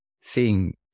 seeing